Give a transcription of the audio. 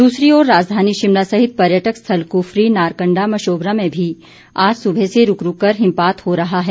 दूसरी ओर राजधानी शिमला सहित पर्यटक स्थल कुफरी नारकण्डा मशोबरा में भी आज सुबह से रूक रूक कर हिमपात हो रहा है